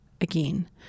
again